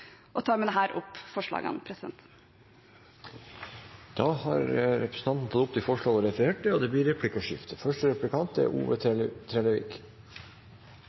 og tar med dette opp forslagene. Representanten Une Aina Bastholm har tatt opp de forslagene hun refererte til. Det blir replikkordskifte. Spørsmålet mitt botnar i at Noreg er